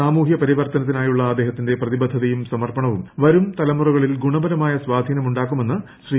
സാമൂഹ്യ പരിവർത്തനത്തിനായുള്ള അദ്ദേഹത്തിന്റെ പ്രതിബദ്ധതയും സമർപ്പണവും വരും തലമുറകളിൽ സ്വാധീനമുണ്ടാക്കുമെന്ന് ശ്രീ